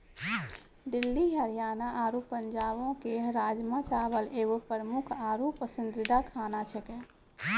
दिल्ली हरियाणा आरु पंजाबो के राजमा चावल एगो प्रमुख आरु पसंदीदा खाना छेकै